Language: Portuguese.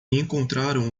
encontraram